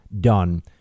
done